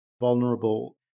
vulnerable